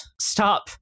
Stop